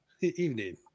Evening